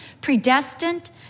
Predestined